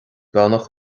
beannacht